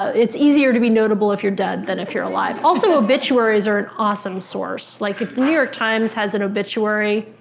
it's easier to be notable if you're dead than if you're alive. also, obituaries are an awesome source. like, if new york times has an obituary,